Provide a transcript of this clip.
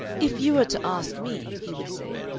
if you were to ask me, he would say,